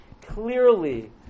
clearly